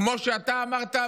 כמו שאתה אמרת,